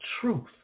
truth